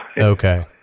Okay